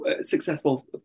successful